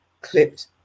clipped